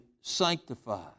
sanctified